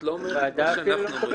את לא אומרת מה שאנחנו אומרים.